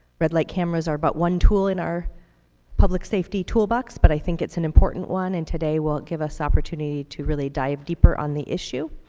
red light cameras are but one tool in our public safety toolbox, but i think it's an important one, and today will give us the opportunity to really dive deeper on the issue.